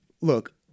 Look